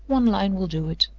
one line will do it.